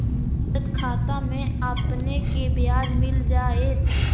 बचत खाता में आपने के ब्याज मिल जाएत